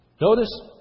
Notice